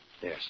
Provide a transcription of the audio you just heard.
Yes